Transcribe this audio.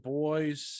boys